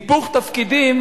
היפוך תפקידים